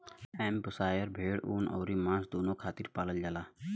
Hampshire भेड़ ऊन अउरी मांस दूनो खातिर पालल जाला